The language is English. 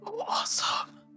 awesome